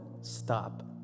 Stop